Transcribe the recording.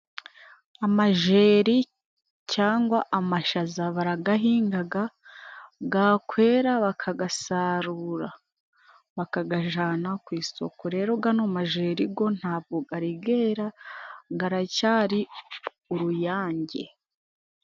Amajeri cyangwa amashaza baragahingaga， gakwera bakagasarura， bakagajana ku isoko. Rero gano majeri go ntabwo garigera garacyari uruyange.